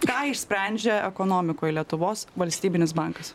ką išsprendžia ekonomikoj lietuvos valstybinis bankas